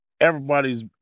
everybody's